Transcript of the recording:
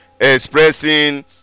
Expressing